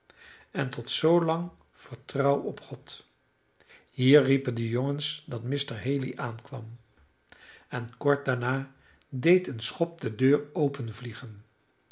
en tot zoolang vertrouw op god hier riepen de jongens dat mr haley aankwam en kort daarna deed een schop de deur